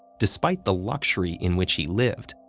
despite the luxury in which he lived,